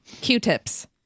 Q-tips